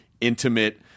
intimate